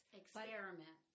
experiment